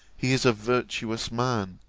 he is a virtuous man.